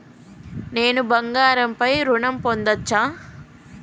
నేను బంగారం పై ఋణం పొందచ్చా?